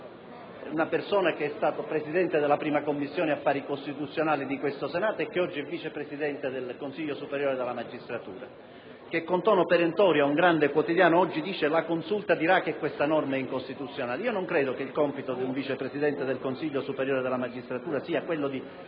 una persona che è stata Presidente della Commissione affari costituzionali del Senato e che oggi è Vice Presidente del Consiglio superiore della magistratura il quale, con tono perentorio, oggi riferisce a un grande quotidiano che la Consulta dirà che questa norma è incostituzionale. Non credo che il compito di un Vice Presidente del Consiglio superiore della magistratura sia prevedere